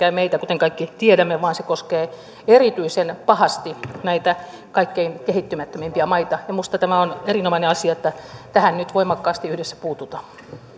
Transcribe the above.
pelkästään tietenkään meitä kuten kaikki tiedämme vaan se koskee erityisen pahasti näitä kaikkein kehittymättömimpiä maita minusta tämä on erinomainen asia että tähän nyt voimakkaasti yhdessä puututaan